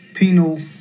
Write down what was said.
Penal